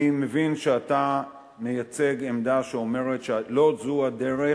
אני מבין שאתה מייצג עמדה שאומרת שלא זו הדרך